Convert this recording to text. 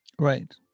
Right